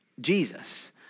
Jesus